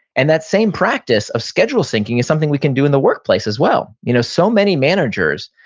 and that same practice of schedule syncing is something we can do in the workplace, as well. you know so many managers,